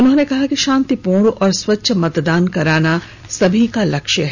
उन्होंने कहा कि शांतिपूर्ण और स्वच्छ मतदान कराना सभी का लक्ष्य है